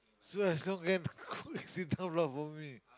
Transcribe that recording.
so as long can cook and sit down lah for me